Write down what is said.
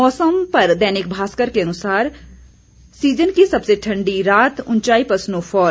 मौसम पर दैनिक भास्कर के अनुसार सीजन की सबसे ठंडी रात ऊंचाई पर स्नो फॉल